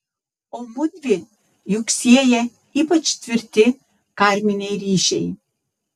o mudvi juk sieja ypač tvirti karminiai ryšiai